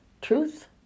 Truth